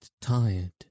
tired